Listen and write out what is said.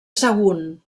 sagunt